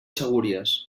segúries